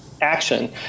action